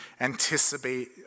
anticipate